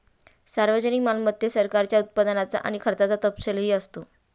सार्वजनिक मालमत्तेत सरकारच्या उत्पन्नाचा आणि खर्चाचा तपशीलही असतो